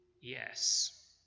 yes